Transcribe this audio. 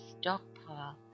stockpile